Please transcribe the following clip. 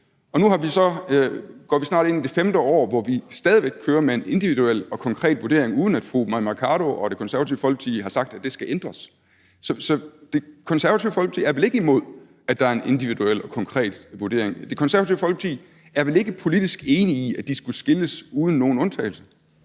Og nu går vi snart ind i det femte år, hvor vi stadig væk kører med en individuel og konkret vurdering, uden at fru Mai Mercado og Det Konservative Folkeparti har sagt, at det skal ændres. Så Det Konservative Folkeparti er vel ikke imod, at der er en individuel og konkret vurdering. Det Konservative Folkeparti er vel ikke politisk enige i, at de skulle skilles uden nogen undtagelse.